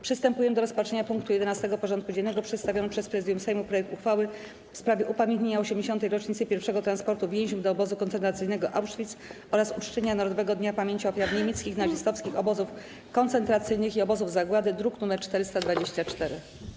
Przystępujemy do rozpatrzenia punktu 11. porządku dziennego: Przedstawiony przez Prezydium Sejmu projekt uchwały w sprawie upamiętnienia 80. rocznicy pierwszego transportu więźniów do obozu koncentracyjnego Auschwitz oraz uczczenia Narodowego Dnia Pamięci Ofiar Niemieckich Nazistowskich Obozów Koncentracyjnych i Obozów Zagłady (druk nr 424)